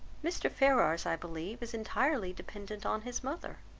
mr. ferrars, i believe, is entirely dependent on his mother.